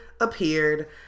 appeared